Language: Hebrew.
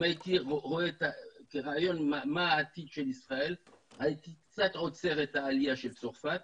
אם הייתי רואה את העתיד של ישראל הייתי קצת עוצר את העלייה של צרפת,